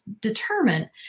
determine